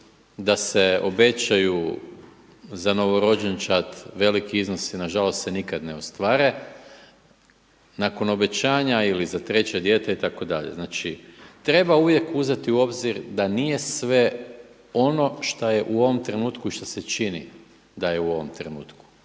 da se obećaju za novorođenčad veliki iznosi. Na žalost se nikad ne ostvare nakon obećanja ili za treće dijete itd. Znači, treba uvijek uzeti u obzir da nije sve ono što je u ovom trenutku i što se čini da je u ovom trenutku.